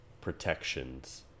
protections